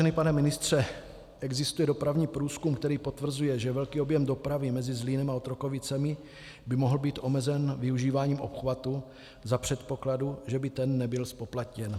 Vážený pane ministře, existuje dopravní průzkum, který potvrzuje, že velký objem dopravy mezi Zlínem a Otrokovicemi by mohl být omezen využíváním obchvatu za předpokladu, že by ten nebyl zpoplatněn.